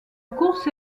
course